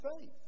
faith